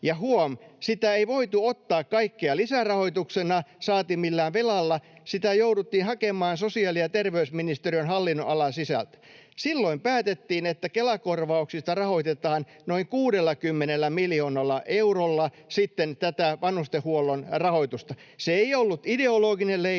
kaikkea sitä ei voitu ottaa lisärahoituksena saati millään velalla — sitä jouduttiin hakemaan sosiaali- ja terveysministeriön hallinnonalan sisältä. Silloin päätettiin, että Kela-korvauksista rahoitetaan noin 60 miljoonalla eurolla sitten tätä vanhustenhuollon rahoitusta. Se ei ollut ideologinen leikkaus.